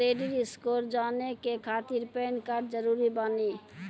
Credit score जाने के खातिर पैन कार्ड जरूरी बानी?